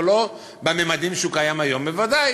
אבל בוודאי